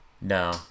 No